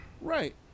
Right